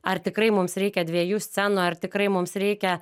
ar tikrai mums reikia dviejų scenų ar tikrai mums reikia